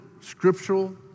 scriptural